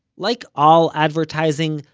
like all advertising,